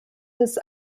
des